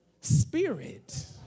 spirit